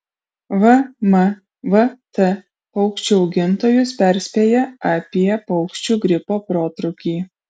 vmvt paukščių augintojus perspėja apie paukščių gripo protrūkį